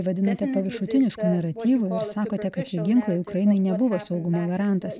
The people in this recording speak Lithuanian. vadinate paviršutinišku naratyvu ir sakote kad tie ginklai ukrainai nebuvo saugumo garantas